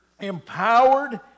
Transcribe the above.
empowered